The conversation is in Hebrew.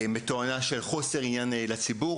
בתואנה של חוסר עניין לציבור.